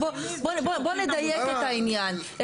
בוא נדייק את העניין.